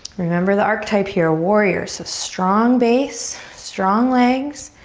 remember the archetype here, warrior. so strong base, strong legs,